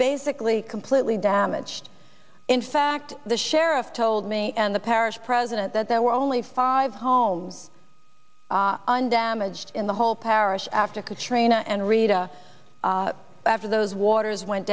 basically completely damaged in fact the sheriff told me and the parish president that there were only five homes undamaged in the whole parish after katrina and rita after those waters went